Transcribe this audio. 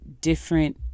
different